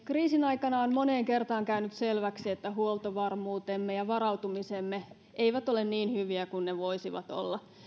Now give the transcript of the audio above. kriisin aikana on moneen kertaan käynyt selväksi että huoltovarmuutemme ja varautumisemme eivät ole niin hyviä kuin ne voisivat olla